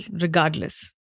regardless